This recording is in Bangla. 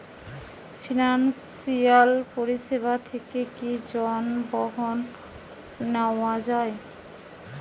ফিনান্সসিয়াল পরিসেবা থেকে কি যানবাহন নেওয়া যায়?